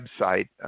website